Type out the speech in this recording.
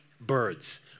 birds